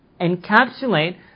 encapsulate